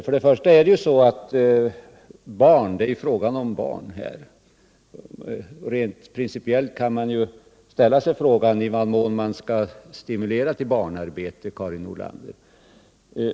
Vad saken gäller är arbete för barn, och rent principiellt kan man fråga sig om man skall stimulera till barnarbete, Karin Nordlander.